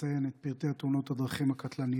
ואציין את פרטי תאונות הדרכים הקטלניות